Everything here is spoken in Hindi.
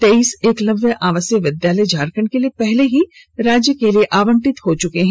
तेईस एकलव्य आवासीय विधालय झारखंड के लिए पहले ही राज्य के लिए आवंटित हो चुके हैं